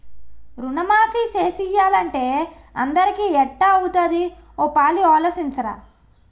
రుణమాఫీ సేసియ్యాలంటే అందరికీ ఎట్టా అవుతాది ఓ పాలి ఆలోసించరా